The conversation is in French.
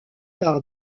par